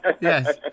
yes